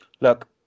look